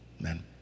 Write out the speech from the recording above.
Amen